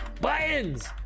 buttons